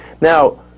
Now